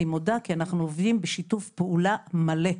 כי אנחנו עובדים בשיתוף פעולה מלא.